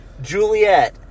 Juliet